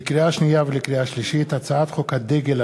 לקריאה שנייה ולקריאה שלישית: הצעת חוק הדגל,